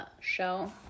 show